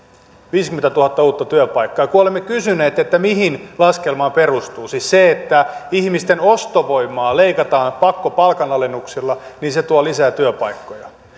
viisikymmentätuhatta uutta työpaikkaa kun olemme kysyneet mihin laskelma perustuu siis se että ihmisten ostovoimaa leikataan pakkopalkanalennuksilla ja se tuo lisää työpaikkoja